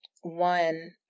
one